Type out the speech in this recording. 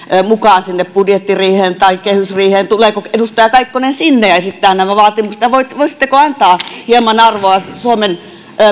mukaan sinne budjettiriiheen tai kehysriiheen tuleeko edustaja kaikkonen sinne ja esittää nämä vaatimukset voisitteko antaa hieman arvoa suomen